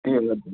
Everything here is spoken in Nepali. ए हजुर